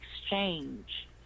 exchange